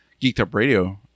geekedupradio